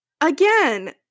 again